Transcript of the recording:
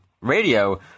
radio